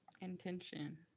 Intention